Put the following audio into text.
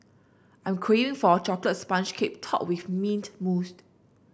I'm craving for a chocolate sponge cake topped with mint mousse